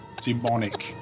demonic